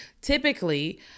Typically